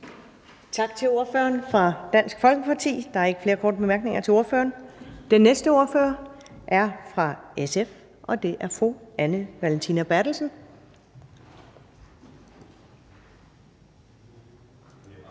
Tak til ordføreren fra Dansk Folkeparti. Der er ikke flere korte bemærkninger til ordføreren. Den næste ordfører er fra SF, og det er fru Anne Valentina Berthelsen.